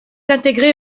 intégrée